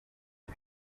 ibi